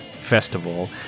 Festival